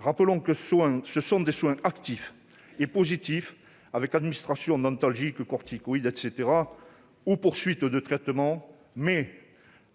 Rappelons que ce sont des soins actifs et positifs, avec administration d'antalgiques, de corticoïdes ou poursuite de certains traitements, mais